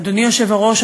אדוני היושב-ראש,